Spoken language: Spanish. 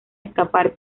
escapar